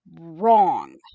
wrong